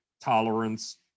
tolerance